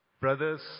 Brothers